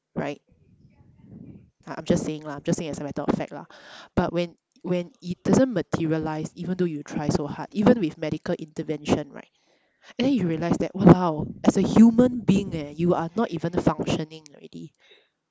right I I'm just saying lah I'm just saying as a matter of fact lah but when when it doesn't materialise even though you try so hard even with medical intervention right then you realise that !walao! as a human being eh you are not even functioning already